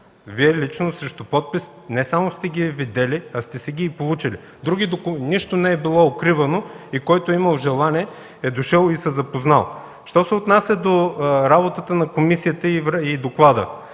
Вие лично срещу подпис не само сте ги видели, а сте си ги и получили. Нищо не е било укривано и който е имал желание, е дошъл и се е запознал. Що се отнася до работата на комисията и доклада,